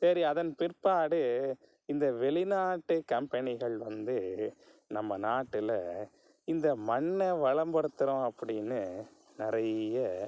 சரி அதன் பிற்பாடு இந்த வெளிநாட்டு கம்பெனிகள் வந்து நம்ம நாட்டில் இந்த மண்ண வளம்படுத்துகிறோம் அப்படினு நிறைய